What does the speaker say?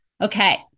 Okay